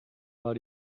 war